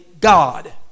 God